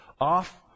off